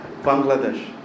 Bangladesh